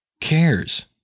cares